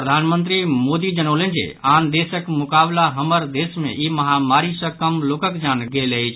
प्रधानमंत्री मोदी जनौलनि जे आन देशक मुकाबला हमर देश मे ई महामारी सँ कम लोकक जान गेल अछि